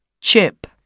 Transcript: Chip